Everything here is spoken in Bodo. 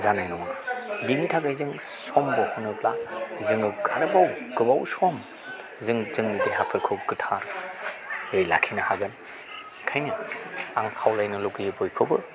जानाय नङा बिनि थाखाय जों सम बहनोब्ला जोङो आरोबाव गोबाव सम जों जोंनि देहाफोरखौ गोथारयै लाखिनो हागोन बेखायनो आं खावलायनो लुबैयो बयखौबो